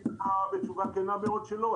עניתי לך בתשובה כנה מאוד שלא.